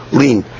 lean